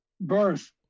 Birth